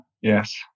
Yes